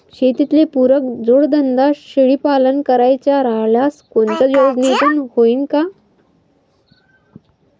शेतीले पुरक जोडधंदा शेळीपालन करायचा राह्यल्यास कोनच्या योजनेतून होईन?